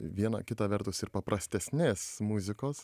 viena kita vertus ir paprastesnės muzikos